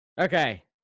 Okay